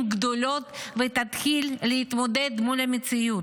גדולות ותתחיל להתמודד מול המציאות.